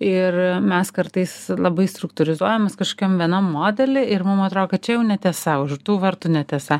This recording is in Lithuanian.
ir mes kartais labai struktūrizuojamės kažkokiam vienam modely ir mum atrodo kad čia jau netiesa už tų vartų netiesa